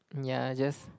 ya just